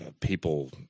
people